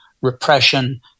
repression